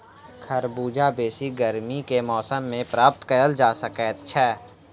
खरबूजा बेसी गर्मी के मौसम मे प्राप्त कयल जा सकैत छै